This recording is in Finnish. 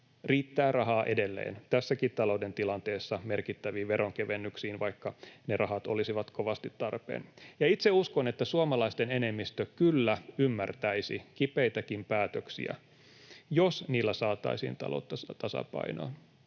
Riittää rahaa edelleen, tässäkin talouden tilanteessa, merkittäviin veronkevennyksiin, vaikka ne rahat olisivat kovasti tarpeen. Itse uskon, että suomalaisten enemmistö kyllä ymmärtäisi kipeitäkin päätöksiä, jos niillä saataisiin taloutta tasapainoon,